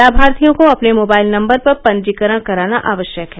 लाभार्थियों को अपने मोबाइल नंबर पर पंजीकरण कराना आवश्यक है